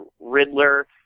Riddler